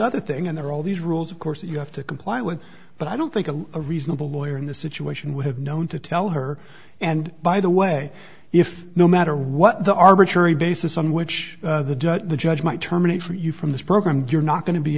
other thing and there are all these rules of course you have to comply with but i don't think a a reasonable lawyer in this situation would have known to tell her and by the way if no matter what the arbitrary basis on which the judge might terminate for you from this program you're not going to be